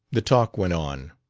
the talk went on.